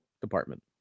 department